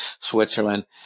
Switzerland